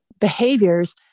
behaviors